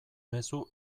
mezu